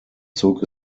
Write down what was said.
zog